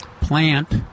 plant